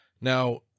Now